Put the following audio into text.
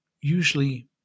usually